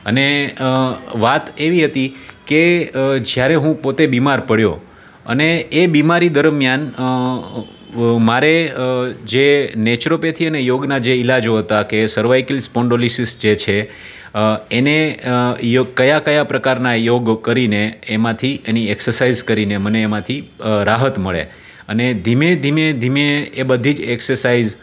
અને વાત એવી હતી કે જ્યારે હું પોતે બીમાર પડ્યો અને એ બીમારી દરમ્યાન મારે જે નેચરોપેથી અને યોગનાં જે ઇલાજો હતા કે સરવાઈકિલ સ્પોન્ડોલિસિસ જે છે એને કયા કયા પ્રકારના યોગ કરીને એમાંથી એની એક્સસાઈઝ કરીને મને એમાંથી રાહત મળે અને ધીમે ધીમે ધીમે એ બધી જ એક્સસાઈઝ